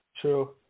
True